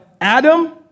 Adam